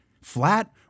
flat